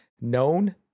known